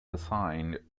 assigned